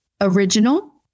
original